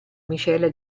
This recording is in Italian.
miscela